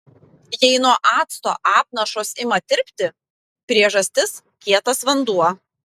jei nuo acto apnašos ima tirpti priežastis kietas vanduo